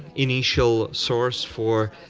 initial source for